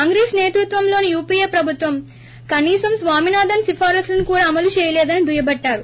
కాంగ్రెస్ నేతృత్వంలోని యూపీఏ ప్రభుత్వం కనీసం స్వామినాథన్ సిఫారసులను కూడా అమలు చేయలేదని దుయ్యబట్టారు